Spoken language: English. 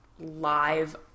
live